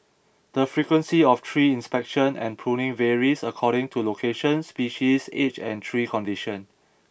the frequency of tree inspection and pruning varies according to location species age and tree condition